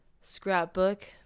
scrapbook